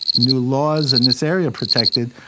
new laws in this area protected,